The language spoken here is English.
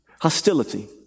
Hostility